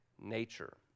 nature